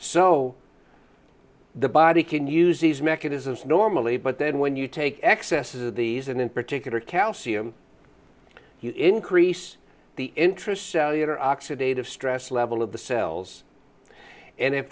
so the body can use these mechanisms normally but then when you take excesses of these and in particular calcium you increase the interest of the other oxidative stress level of the cells and if